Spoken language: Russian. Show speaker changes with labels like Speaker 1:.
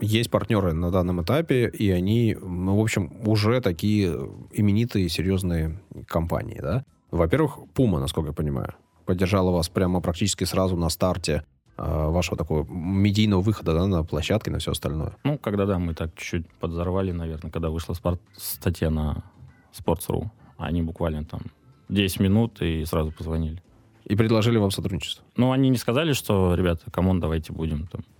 Speaker 1: Есть партнеры на данном этапе, и они, ну, в общем, уже такие именитые и серьезные компании, да? Во-первых, Puma, насколько я понимаю, поддержала вас прямо практически сразу на старте, а, вашего такого медийного выхода, да, на площадке, на всё остальное.
Speaker 2: Ну, когда да, мы так чуть-чуть подзарвали, наверное, когда вышла спорт- статья на Sports.ru. Они буквально там 10 минут и сразу позвонили.
Speaker 1: И предложили вам сотрудничество.
Speaker 2: Ну, они не сказали, что, "Ребята, come on, давайте будем там".